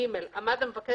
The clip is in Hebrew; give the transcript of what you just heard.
(ג) עמד מבקש